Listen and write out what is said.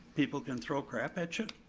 people can throw crap at you?